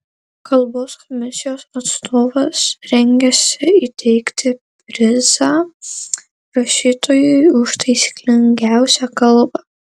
kalbos komisijos atstovas rengiasi įteikti prizą rašytojui už taisyklingiausią kalbą